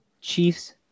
Chiefs